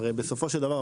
הרי בסופו של דבר,